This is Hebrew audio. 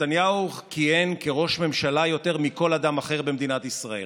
נתניהו כיהן כראש ממשלה יותר מכל אדם אחר במדינת ישראל,